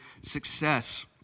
success